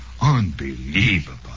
Unbelievable